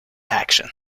action